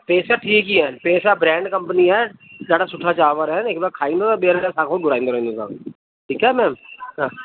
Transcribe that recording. पैसा ठीकु ई आहिनि पैसा ब्रेंड कंपनी आहे ॾाढा सुठा चांवर आहिनि हिक दफ़ो खाईंदव त ॿीअर असां खां घुराईंदा रहंदा तव्हां ठीकु आहे मेम हा